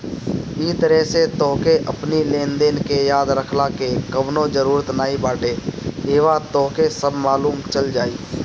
इ तरही से तोहके अपनी लेनदेन के याद रखला के कवनो जरुरत नाइ बाटे इहवा तोहके सब मालुम चल जाई